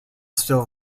still